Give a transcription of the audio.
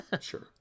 sure